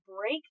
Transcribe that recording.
break